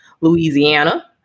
Louisiana